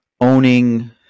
owning